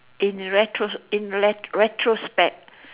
in retro~ in retro~ retrospect